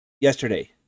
yesterday